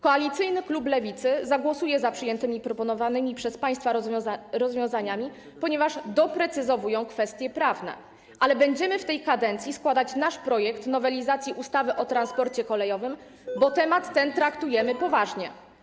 Koalicyjny Klub Parlamentarny Lewicy zagłosuje za przyjętymi i proponowanymi przez państwa rozwiązaniami, ponieważ doprecyzowują one kwestie prawne, ale będziemy w tej kadencji składać nasz projekt nowelizacji ustawy o transporcie kolejowym, bo temat ten traktujemy poważnie.